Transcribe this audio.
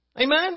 Amen